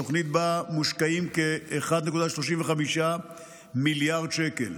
תוכנית שבה מושקעים כ-1.35 מיליארד שקלים.